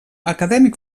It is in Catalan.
acadèmic